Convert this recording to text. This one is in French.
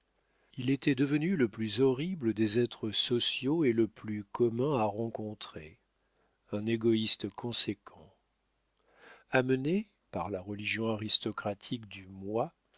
il était devenu le plus horrible des êtres sociaux et le plus commun à rencontrer un égoïste conséquent amené par la religion aristocratique du moi